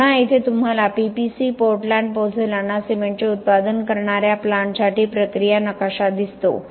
तर पुन्हा येथे तुम्हाला पीपीसी पोर्टलँड पोझोलाना सिमेंटचे उत्पादन करणाऱ्या प्लांटसाठी प्रक्रिया नकाशा दिसतो